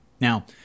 Now